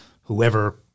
whoever